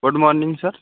good morning sir